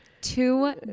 Two